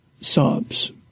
sobs